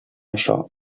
això